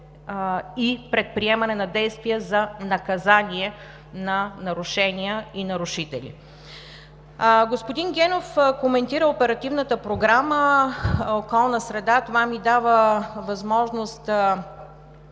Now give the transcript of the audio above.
и предприемане на действия за наказание на нарушения и нарушители. Господин Генов коментира Оперативната програма „Околна среда“. Това ми дава възможност